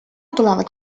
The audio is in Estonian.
tulevad